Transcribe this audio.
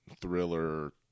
thriller